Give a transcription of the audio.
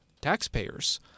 taxpayers